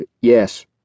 Yes